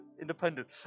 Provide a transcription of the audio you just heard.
Independent